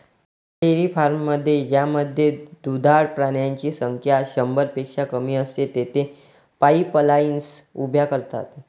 लहान डेअरी फार्ममध्ये ज्यामध्ये दुधाळ प्राण्यांची संख्या शंभरपेक्षा कमी असते, तेथे पाईपलाईन्स उभ्या करतात